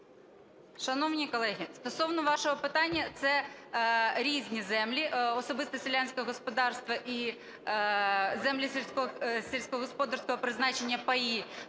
Шановні колеги, стосовно вашого питання. Це різні землі – особисте селянське господарство і землі сільськогосподарського призначення (паї).